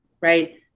right